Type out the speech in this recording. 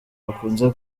bakunze